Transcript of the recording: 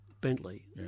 Bentley